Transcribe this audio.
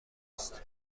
است